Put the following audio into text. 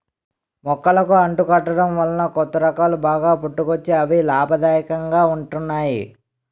మొక్కలకు అంటు కట్టడం వలన కొత్త రకాలు బాగా పుట్టుకొచ్చి అవి లాభదాయకంగా ఉంటున్నాయి